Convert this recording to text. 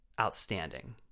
outstanding